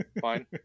Fine